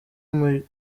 umuyobozi